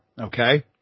Okay